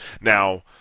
Now